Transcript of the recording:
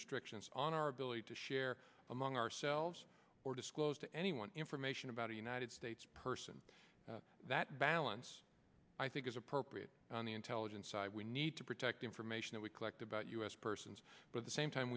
restrictions on our ability to share among ourselves or disclose to anyone information about a united states person that balance i think is appropriate on the intelligence side we need to protect the information that we collect about u s persons but the same time